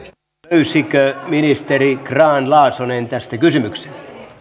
löysikö ministeri grahn laasonen tästä kysymyksen